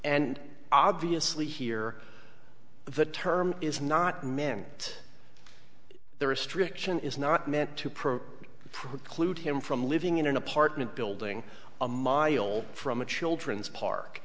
and obviously here the term is not meant the restriction is not meant to probe preclude him from living in an apartment building a mile from a children's park